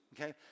okay